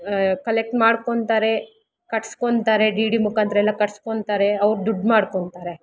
collect ಮಾಡ್ಕೊಳ್ತಾರೆ ಕಟ್ಸ್ಕೊಳ್ತಾರೆ D D ಮುಖಾಂತ್ರ ಎಲ್ಲ ಕಟ್ಸ್ಕೊಳ್ತಾರೆ ಅವ್ರು ದುಡ್ಡು ಮಾಡ್ಕೊಳ್ತಾರೆ